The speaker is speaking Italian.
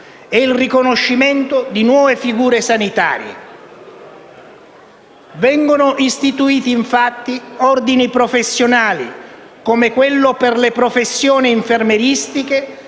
e il riconoscimento di nuove figure sanitarie. Vengono istituiti infatti ordini professionali, come quello per le professioni infermieristiche,